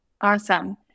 Awesome